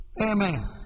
Amen